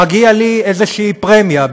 מגיעה לי איזושהי פרמיה,